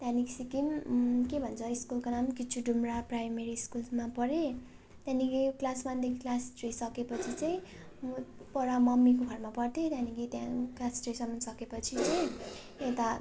त्यहाँदेखि सिक्किम के भन्छ स्कुलको नाम किचुडुम्ब्रा प्राइमेरी स्कुलमा पढेँ त्यहाँदेखि क्लास वानदेखि क्लास थ्री सकेपछि चाहिँ म पर मम्मीको घरमा पढ्थेँ त्यहाँदेखि त्यहाँ क्लास थ्रीसम्म सकेपछि चाहिँ यता